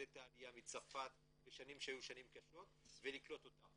את העלייה מצרפת בשנים שהיו שנים קשות ולקלוט אותה.